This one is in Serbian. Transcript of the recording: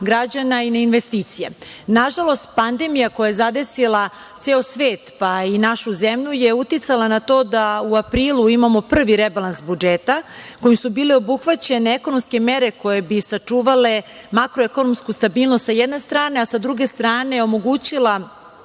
i investicije. Nažalost, pandemija koja je zadesila ceo svet pa i našu zemlju je uticala na to da u aprilu imamo prvi rebalans budžeta, kojim su bile obuhvaćene ekonomske mere koje bi sačuvale makroekonomsku stabilnost sa jedne strane, a sa druge strane omogućila